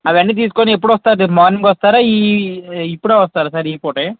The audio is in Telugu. అవన్నీ తీసుకొని ఎప్పుడొస్తారు రేపు మార్నింగ్ వస్తారా ఈ ఇప్పుడే వస్తారా సార్ ఈ పూటే